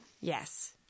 Yes